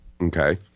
Okay